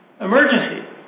emergency